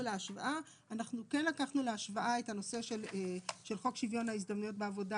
להשוואה את הנושא של חוק שוויון ההזדמנויות בעבודה,